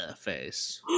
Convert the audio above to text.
face